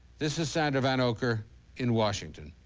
this is sander vanocur in washington.